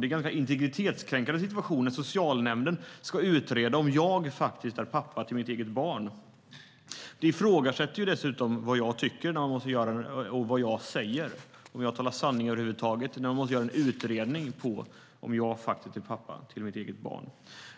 Det är en ganska integritetskränkande situation när socialnämnden ska utreda om jag faktiskt är pappa till mitt eget barn. Det är ett ifrågasättande av vad jag tycker och säger och av om jag över huvud taget talar sanning när man måste göra en utredning av om jag är pappa till mitt eget barn.